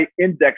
index